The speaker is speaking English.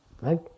Right